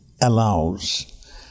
allows